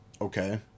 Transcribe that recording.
okay